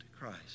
Christ